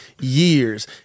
years